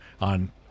on